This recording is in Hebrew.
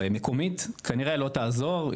מקומית כנראה לא תעזור,